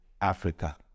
Africa